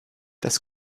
das